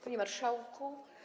Panie Marszałku!